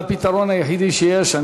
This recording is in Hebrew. זה הפתרון היחידי שיש.